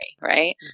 right